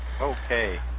Okay